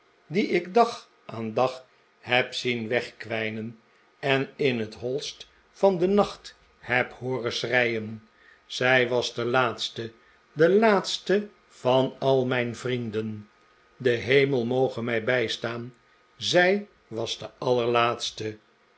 die ik dag aan dag heb zien wegkwijnen en in het hoist van den nacht heb hooren schreien zij was de laatste de laatste van al mijn vrienden de hemel moge mij bijstaan zij was de allerlaatste